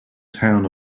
town